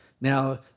Now